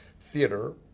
theater